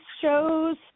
shows